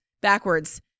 Backwards